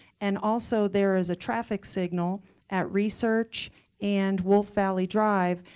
and also there is a traffic signal at research and wolf valley drive.